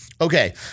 Okay